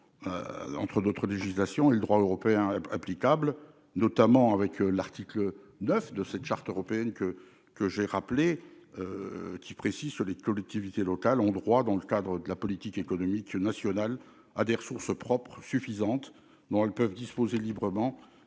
part, notre législation et, de l'autre, le droit européen applicable, notamment l'article 9 de la Charte européenne de l'autonomie locale, en vertu duquel « les collectivités locales ont droit, dans le cadre de la politique économique nationale, à des ressources propres suffisantes dont elles peuvent disposer librement